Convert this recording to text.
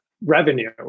revenue